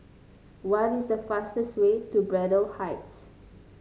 what is the fastest way to Braddell Heights